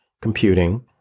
computing